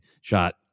shot